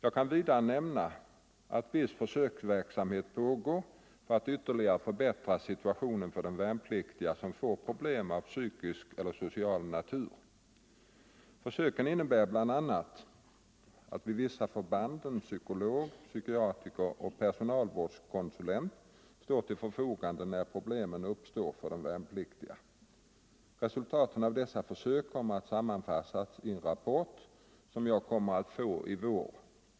Jag kan vidare nämna att viss försöksverksamhet pågår för att ytterligare förbättra situationen för de värnpliktiga som får problem av psykisk eller social natur. Försöken innebär bl.a. att vid vissa förband en psykolog, psykiater och personalvårdskonsulent står till förfogande när problem uppstår för de värnpliktiga. Resultatet av dessa försök kommer att sammanfattas i en rapport som jag kommer att få i vår.